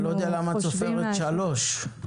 למה את סופרת שלוש?